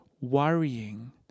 worrying